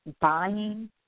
buying